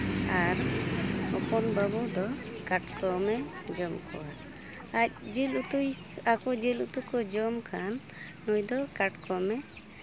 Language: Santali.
ᱟᱨ ᱦᱚᱯᱚᱱ ᱵᱟᱹᱵᱩ ᱫᱚ ᱠᱟᱴᱠᱚᱢᱮ ᱫᱚᱢ ᱠᱚᱣᱟ ᱟᱨ ᱡᱤᱞ ᱩᱛᱩᱭ ᱟᱠᱚ ᱡᱤᱞ ᱩᱛᱩ ᱠᱚ ᱡᱚᱢ ᱠᱷᱟᱱ ᱱᱩᱭ ᱫᱚ ᱠᱟᱴᱠᱚᱢᱮ